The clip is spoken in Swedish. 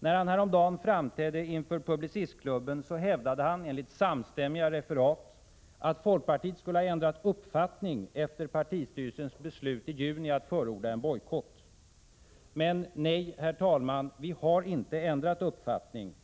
När han häromdagen framträdde inför Publicistklubben hävdade han, enligt samstämmiga referat, att folkpartiet skulle ha ändrat uppfattning efter partistyrelsens beslut i juni att förorda en bojkott. Nej, herr talman, vi har inte ändrat uppfattning.